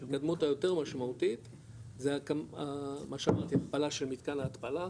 ההתקדמות היותר משמעותית זה המה שאמרתי בהתחלה שמתקן ההתפלה,